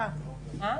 עמותה?